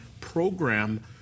program